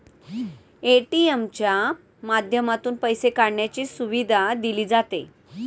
ATM च्या माध्यमातून पैसे काढण्याची सुविधा दिली जाते